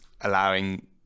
allowing